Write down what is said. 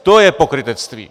To je pokrytectví!